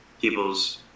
people's